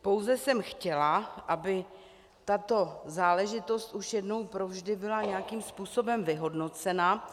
Pouze jsem chtěla, aby tato záležitost už jednou provždy byla nějakým způsobem vyhodnocena.